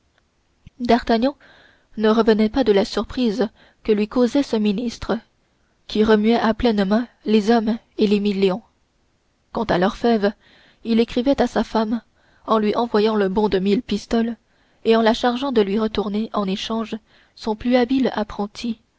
d'artagnan ne revenait pas de la surprise que lui causait ce ministre qui remuait à pleines mains les hommes et les millions quant à l'orfèvre il écrivit à sa femme en lui envoyant le bon de mille pistoles et en la chargeant de lui retourner en échange son plus habile apprenti